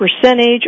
percentage